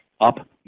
up